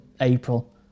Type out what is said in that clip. April